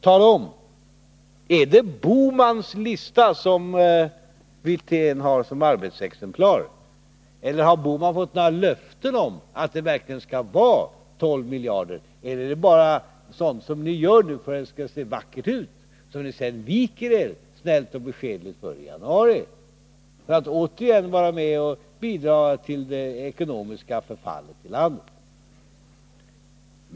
Tala nu om: Är det herr Bohmans lista som herr Wirtén har som arbetsexemplar, har herr Bohman fått några löften om att det verkligen skall vara 12 miljarder, eller är det bara någonting som ni gör nu för att det skall se vackert ut men som ni sedan snällt och beskedligt viker er för i januari, för att återigen få vara med och bidraga till det ekonomiska förfallet i landet?